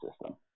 system